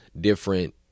different